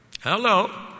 Hello